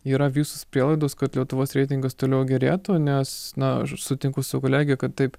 yra visos prielaidos kad lietuvos reitingas toliau gerėtų nes na aš sutinku su kolege kad taip